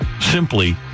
Simply